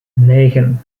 negen